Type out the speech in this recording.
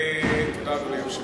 תודה, אדוני היושב-ראש.